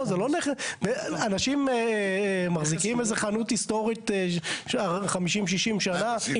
אנשים מחזיקים איזו חנות היסטורית של 50 או 60 שנה.